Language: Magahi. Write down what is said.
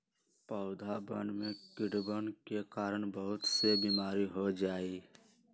पौधवन में कीड़वन के कारण बहुत से बीमारी हो जाहई